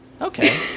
okay